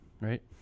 right